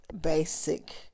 basic